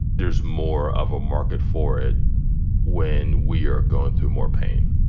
there's more of a market for it when we are going through more pain.